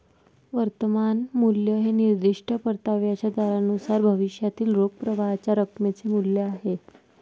वर्तमान मूल्य हे निर्दिष्ट परताव्याच्या दरानुसार भविष्यातील रोख प्रवाहाच्या रकमेचे मूल्य आहे